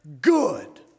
good